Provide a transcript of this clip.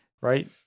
right